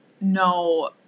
no